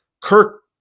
Kirk